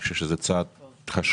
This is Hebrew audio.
אני חושב שזה צעד חשוב.